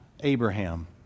Abraham